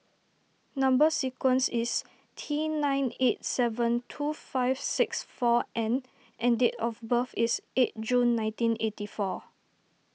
Number Sequence is T nine eight seven two five six four N and date of birth is eight June nineteen eighty four